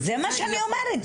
זה מה שאני אומרת,